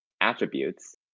attributes